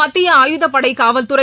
மத்திய அழுதப்படை காவல்துறை